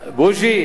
יותר זול, בוז'י,